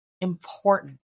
important